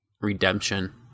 Redemption